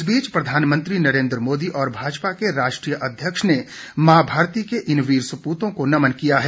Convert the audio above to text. इस बीच प्रधानमंत्री नरेन्द्र मोदी और भाजपा के राष्ट्रीय अध्यक्ष ने मां भारती के इन वीर सपूतों को नमन किया है